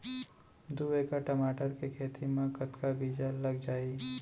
दू एकड़ टमाटर के खेती मा कतका बीजा लग जाही?